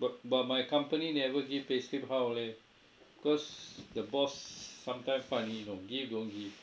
but but my company never give payslip how leh because the boss sometime funny you know give don't give